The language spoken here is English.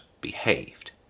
behaved